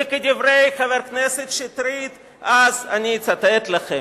וכדברי חבר הכנסת שטרית, אצטט לכם: